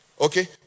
Okay